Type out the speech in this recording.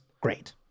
great